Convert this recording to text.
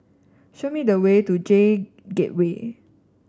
show me the way to J Gateway